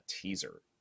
teaser